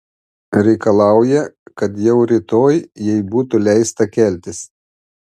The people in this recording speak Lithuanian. reikalauja kad jau rytoj jai būtų leista keltis